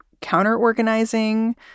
counter-organizing